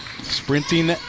Sprinting